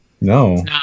No